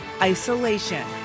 Isolation